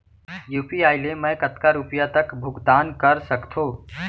UPI ले मैं कतका रुपिया तक भुगतान कर सकथों